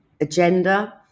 agenda